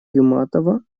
юматово